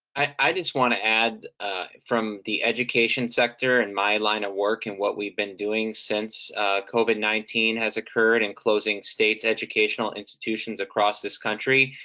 i just wanna add from the education sector, and my line of work, and what we've been doing since covid nineteen has occurred in closing states' educational institutions across this country,